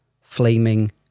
Flaming